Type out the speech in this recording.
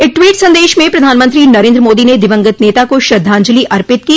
एक ट्वीट संदेश में प्रधानमंत्री नरेन्द्र मोदी ने दिवंगत नेता को श्रद्धांजलि अर्पित की